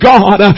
God